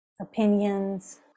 opinions